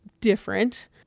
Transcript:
different